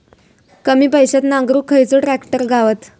कमी पैशात नांगरुक खयचो ट्रॅक्टर गावात?